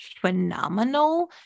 phenomenal